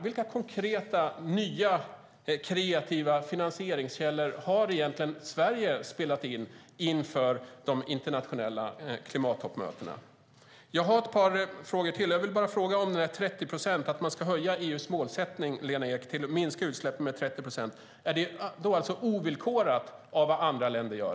Vilka konkreta nya och kreativa finansieringskällor har Sverige spelat in inför de internationella klimattoppmötena? Jag undrar också: Att man ska höja EU:s målsättning till att minska utsläppen med 30 procent, är det ovillkorat av vad andra länder gör?